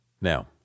Now